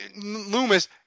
Loomis